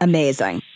Amazing